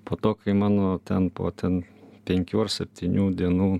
po to kai mano ten po ten penkių ar septynių dienų